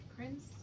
Prince